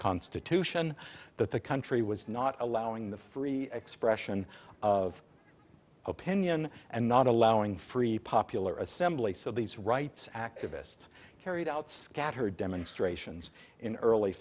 constitution that the country was not allowing the free expression of opinion and not allowing free popular assembly so these rights activists carried out scattered demonstrations in early